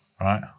right